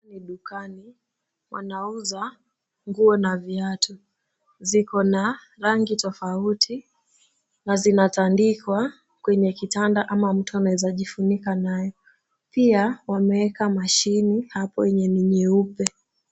Hili dukani wanauza nguo na viatu zikona rangi tofauti na zinatandikwa kwenye kitanda ama mtu anaweza jifunika nayo. Pia, wameweka mashini hapo yenye ni nyeupe.